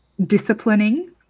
disciplining